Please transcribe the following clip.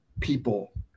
people